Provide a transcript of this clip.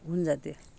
होऊन जाते